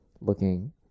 looking